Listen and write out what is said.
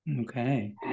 Okay